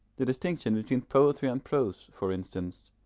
the distinction between poetry and prose, for instance,